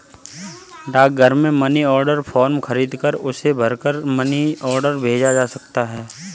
डाकघर से money order form खरीदकर उसे भरकर मनी ऑर्डर भेजा जा सकता है